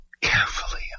carefully